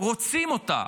רוצים אותה?